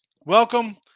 Welcome